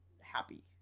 happy